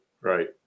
Right